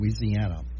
Louisiana